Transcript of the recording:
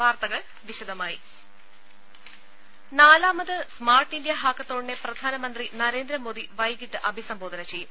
വാർത്തകൾ വിശദമായി നാലാമത് സ്മാർട്ട് ഇന്ത്യ ഹാക്കത്തോണിനെ പ്രധാനമന്ത്രി നരേന്ദ്രമോദി വൈകിട്ട് അഭിസംബോധന ചെയ്യും